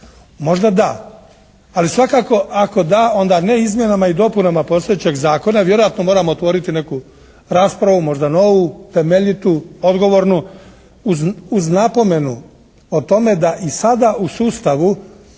Možda da, ali svakako ako da onda ne izmjenama i dopunama postojećeg zakona, vjerojatno moramo otvoriti neku raspravu, možda novu, temeljitu, odgovornu uz napomenu o tome da i sada u sustavu